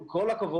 עם כל הכבוד,